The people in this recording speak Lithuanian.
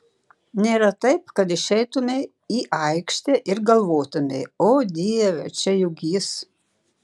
nėra taip kad išeitumei į aikštę ir galvotumei o dieve čia juk jis